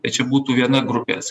ta čia būtų viena grupės